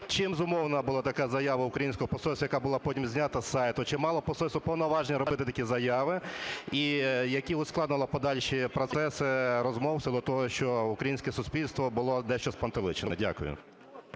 Чим зумовлена була така заява українського посольства, яка була потім знята з сайту? Чи мало посольство повноваження робити такі заяви, які ускладнили подальші процеси розмов в силу того, що українське суспільство було дещо спантеличено? Дякую.